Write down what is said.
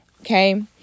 okay